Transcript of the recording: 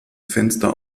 fenster